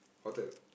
hotel